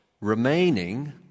Remaining